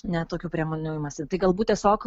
net tokių priemonių imasi tai galbūt tiesiog